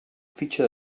fitxa